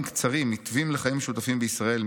קצרים מתווים לחיים משותפים בישראל,